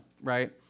right